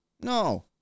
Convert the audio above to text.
No